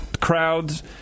crowds